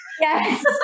Yes